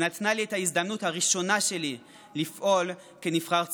שנתנה לי את ההזדמנות הראשונה שלי לפעול כנבחר ציבור.